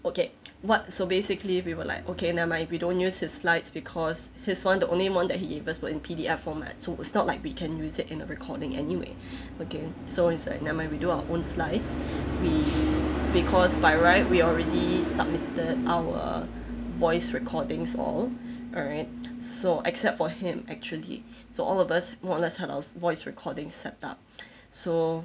okay what so basically we were like okay never mind we don't use his slides because his one the only one that he gave us was in P_D_F format so it's not like we can use it in a recording anyway again so it's like never mind we do our own slides we because by right we already submitted our voice recordings all alright so except for him actually so all of us more or less had our voice recordings set up so